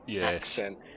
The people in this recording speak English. accent